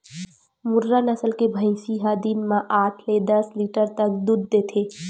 मुर्रा नसल के भइसी ह दिन म आठ ले दस लीटर तक दूद देथे